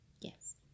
yes